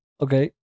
Okay